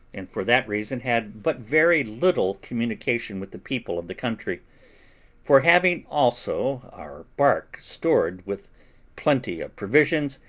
and for that reason had but very little communication with the people of the country for, having also our bark stored with plenty of provisions,